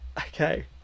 Okay